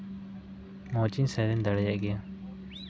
ᱢᱚᱡᱽ ᱤᱧ ᱥᱮᱨᱮᱧ ᱫᱟᱲᱮᱭᱟᱜ ᱜᱮᱭᱟ